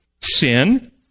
sin